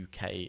UK